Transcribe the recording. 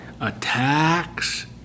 attacks